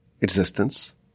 existence